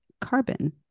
carbon